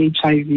HIV